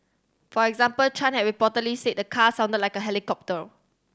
for example Chan had reportedly said the car sounded like a helicopter